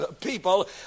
people